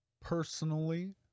personally